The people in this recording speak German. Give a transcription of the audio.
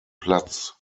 platz